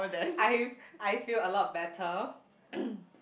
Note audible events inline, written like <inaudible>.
I I feel a lot better <coughs>